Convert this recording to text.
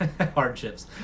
Hardships